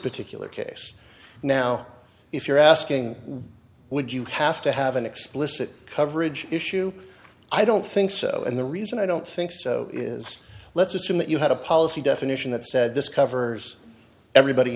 particular case now if you're asking would you have to have an explicit coverage issue i don't think so and the reason i don't think so is let's assume that you had a policy definition that said this covers everybody